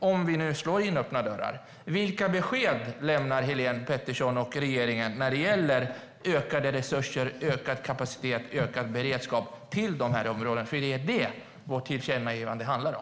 Om vi nu slår in öppna dörrar vill jag veta vilka besked Helene Petersson och regeringen lämnar när det gäller ökade resurser, ökad kapacitet och ökad beredskap till de här områdena. Det är nämligen det vårt tillkännagivande handlar om.